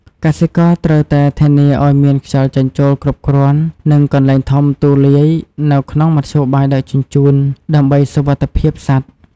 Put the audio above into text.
កសិករត្រូវតែធានាឱ្យមានខ្យល់ចេញចូលគ្រប់គ្រាន់ និងកន្លែងធំទូលាយនៅក្នុងមធ្យោបាយដឹកជញ្ជូន ដើម្បីសុវត្ថិភាពសត្វ។